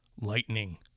lightning